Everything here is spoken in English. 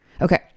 okay